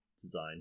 design